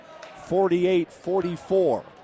48-44